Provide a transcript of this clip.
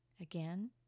Again